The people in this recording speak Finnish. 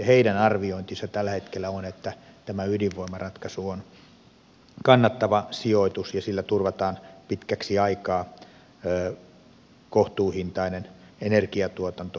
heidän arviointinsa tällä hetkellä on että tämä ydinvoimaratkaisu on kannattava sijoitus ja sillä turvataan pitkäksi aikaa kohtuuhintainen energiatuotanto suomen teollisuudelle